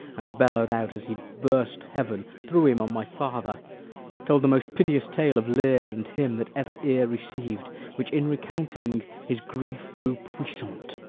and bellow'd out as he'd burst heaven threw him on my father told the most piteous tale of lear and him that ever ear receiv'd which in recounting his grief grew puissant,